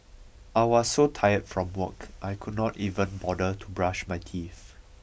I was so tired from work I could not even bother to brush my teeth